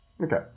Okay